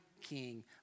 king